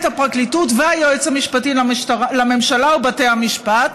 את הפרקליטות והיועץ המשפטי לממשלה ובתי המשפט.